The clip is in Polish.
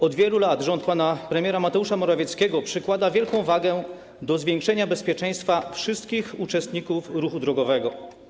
Od wielu lat rząd pana premiera Mateusza Morawieckiego przykłada wielką wagę do zwiększenia bezpieczeństwa wszystkich uczestników ruchu drogowego.